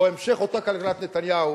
או המשך אותה כלכלת נתניהו,